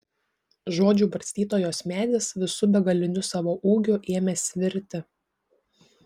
žodžių barstytojos medis visu begaliniu savo ūgiu ėmė svirti